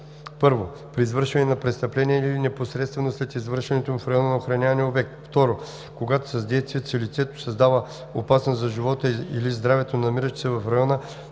1. при извършване на престъпление или непосредствено след извършването му в района на охранявания обект; 2. когато с действията си лицето създава опасност за живота или здравето на намиращите се в района